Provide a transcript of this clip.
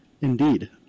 Indeed